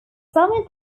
seventh